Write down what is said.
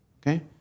Okay